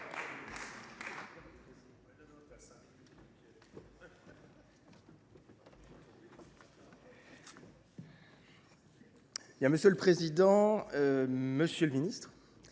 Monsieur le président, messieurs les ministres,